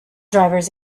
drivers